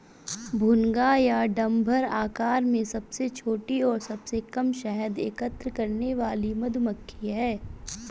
भुनगा या डम्भर आकार में सबसे छोटी और सबसे कम शहद एकत्र करने वाली मधुमक्खी है